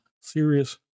serious